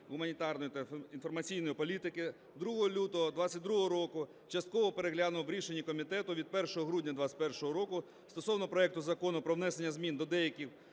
гуманітарної та інформаційної політики 2 лютого 22-го року частково переглянув в рішенні комітету від 1 грудня 21-го року стосовно проекту Закону про внесення змін до деяких